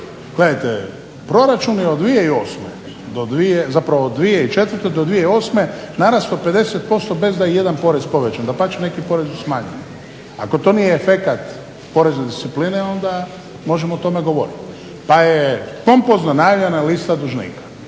Gledajte, proračun je od 2008. Zapravo od 2004.-2008. narastao 50% bez da je i jedan porez povećan, dapače neki porezi su smanjeni. Ako to nije efekat porezne discipline onda možemo o tome govoriti. Da je pompozno najavljena lista dužnika